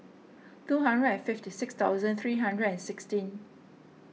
two hundred and fifty six thousand three hundred and sixteen